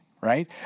right